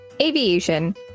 Aviation